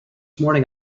morning